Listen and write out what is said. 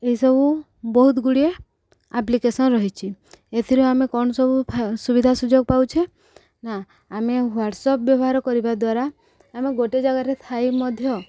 ଏହିସବୁ ବହୁତ ଗୁଡ଼ିଏ ଆପ୍ଲିକେସନ୍ ରହିଛି ଏଥିରୁ ଆମେ କ'ଣ ସବୁ ସୁବିଧା ସୁଯୋଗ ପାଉଛେ ନା ଆମେ ହ୍ୱାଟ୍ସଆପ୍ ବ୍ୟବହାର କରିବା ଦ୍ୱାରା ଆମେ ଗୋଟେ ଜାଗାରେ ଥାଇ ମଧ୍ୟ